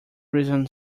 reason